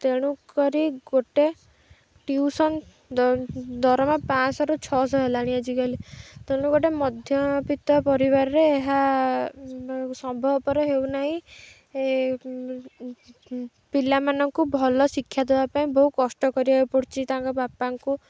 ତେଣୁ କରି ଗୋଟେ ଟିୟୁସନ୍ ଦରମା ପାଞ୍ଚଶହରୁ ଛଅଶହ ହେଲାଣି ଆଜିକାଲି ତେଣୁ ଗୋଟେ ମଧ୍ୟମିତ ପରିବାର ରେ ଏହା ସମ୍ଭବକର ହେଉନାହିଁ ପିଲାମାନଙ୍କୁ ଭଲ ଶିକ୍ଷା ଦେବା ପାଇଁ ବହୁ କଷ୍ଟ କରିବାକୁ ପଡ଼ୁଛି ତାଙ୍କ ବାପାଙ୍କୁ